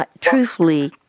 truthfully